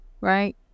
right